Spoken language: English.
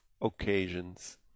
occasions